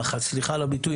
סליחה על הביטוי,